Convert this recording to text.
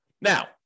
Now